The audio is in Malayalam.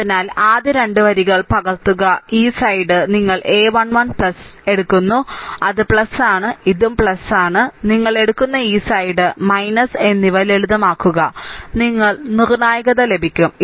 അതിനാൽ ആദ്യ 2 വരികൾ പകർത്തുക ഈ സൈഡ് നിങ്ങൾ a1 1 എടുക്കുന്നു അത് ആണ് ഇതും ആണ് നിങ്ങൾ എടുക്കുന്ന ഈ സൈഡ് എന്നിവ ലളിതമാക്കുക നിങ്ങൾക്ക് നിർണ്ണായകത ലഭിക്കും